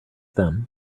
them